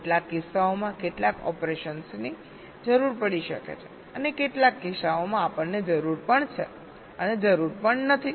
કેટલાક કિસ્સાઓમાં કેટલાક ઓપરેશન્સની જરૂર પડી શકે છે અને કેટલાક કિસ્સાઓમાં આપણને જરૂર નથી